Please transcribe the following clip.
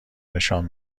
نشان